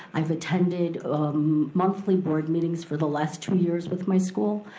i've attended um monthly board meetings for the last two years with my school.